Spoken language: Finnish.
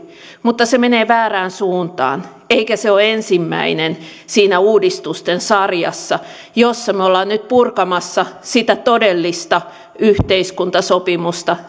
mutta se menee väärään suuntaan eikä se ole ensimmäinen siinä uudistusten sarjassa jossa me olemme nyt purkamassa sitä todellista yhteiskuntasopimusta